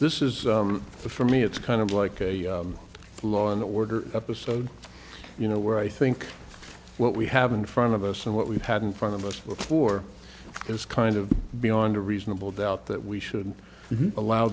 this is the for me it's kind of like a law and order episode you know where i think what we have in front of us and what we've had in front of us before is kind of beyond a reasonable doubt that we should allow